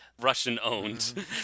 Russian-owned